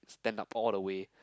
stand up all the way